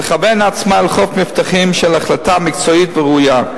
ולכוון עצמה אל חוף מבטחים של החלטה מקצועית וראויה.